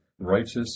righteous